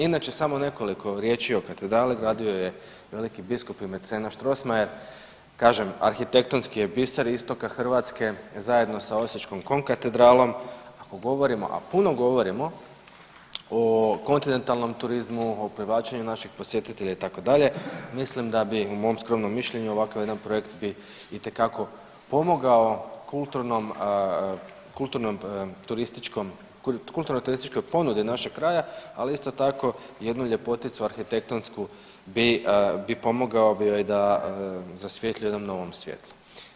Inače samo nekoliko riječi o katedrali, gradio ju je veliki biskup i mecena Strossmayer, kažem arhitektonski je biser istoka Hrvatske zajedno sa osječkom konkatedralom, ako govorimo, a puno govorimo o kontinentalnom turizmu o privlačenju naših posjetitelja itd., mislim da bi u mom skromnom mišljenju ovakav jedan projekt bi itekako pomogao kulturnom, kulturnom, turističkom, kulturno turističkoj ponudi našeg kraja, ali isto tako jednu ljepoticu arhitektonsku bi pomogao bi joj da zasvijetli u jednom novom svjetlu.